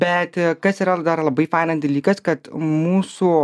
bet kas yra dar labai faina dalykas kad mūsų